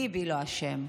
ביבי לא אשם.